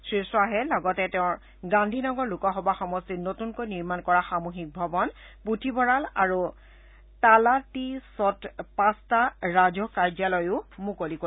শ্ৰীখাহে লগতে তেওঁৰ গান্ধীনগৰ লোকসভা সমষ্টিত নতুনকৈ নিৰ্মাণ কৰা সামূহিক ভৱন পুথিভঁৰাল আৰু তালাটিচত পাঁচটা ৰাজহ কাৰ্যালয়ও মুকলি কৰিব